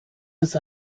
ist